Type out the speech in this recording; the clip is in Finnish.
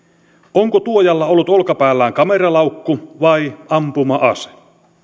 onko tuojalla ollut olkapäällään kameralaukku vai ampuma ase